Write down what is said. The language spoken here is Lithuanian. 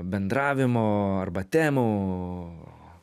bendravimo arba temų